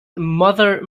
mother